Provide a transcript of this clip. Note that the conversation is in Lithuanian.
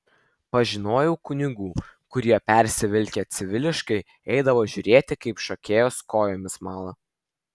pažinojau kunigų kurie persivilkę civiliškai eidavo žiūrėti kaip šokėjos kojomis mala